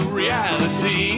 reality